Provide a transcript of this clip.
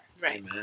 Right